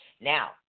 Now